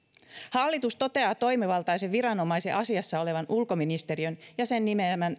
hallitus toteaa toimivaltaisen viranomaisen asiassa olevan ulkoministeriö ja sen nimeämä